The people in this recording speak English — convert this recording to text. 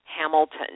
Hamilton